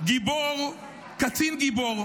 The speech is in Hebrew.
קצין גיבור,